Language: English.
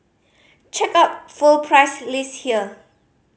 check out full price list here